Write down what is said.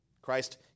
Christ